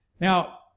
Now